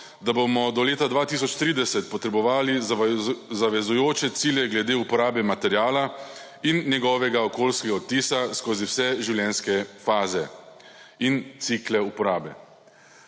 da bomo do leta 2030 potrebovali zavezujoče cilje glede uporabe materiala in njegovega okoljskega odtisa skozi vse življenjske faze in cikle uporabe.